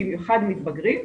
במיוחד מתבגרים,